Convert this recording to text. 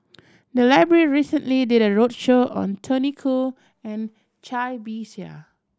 the library recently did a roadshow on Tony Khoo and Cai Bixia